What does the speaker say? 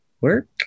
work